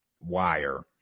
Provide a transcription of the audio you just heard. wire